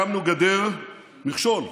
הקמנו גדר, מכשול,